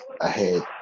ahead